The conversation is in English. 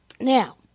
Now